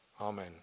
Amen